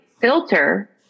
filter